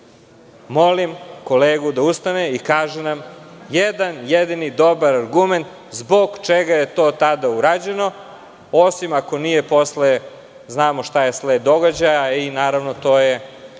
molim kolegu da ustane i kaže nam jedan jedini dobar argument zbog čega je to tada urađeno, osim ako nije posle, znamo šta je sled događaja i naravno to je